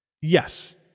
Yes